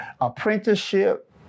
apprenticeship